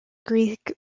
greek